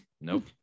nope